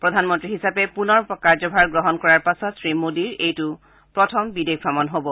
প্ৰধানমন্ত্ৰী হিচাপে পুনৰ কাৰ্যভাৰ গ্ৰহণ কৰাৰ পাছত শ্ৰী মোদীৰ এইটো প্ৰথম বিদেশ ভ্ৰমণ হ'ব